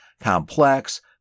complex